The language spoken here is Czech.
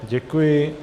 Děkuji.